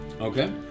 Okay